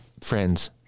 friends